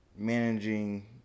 managing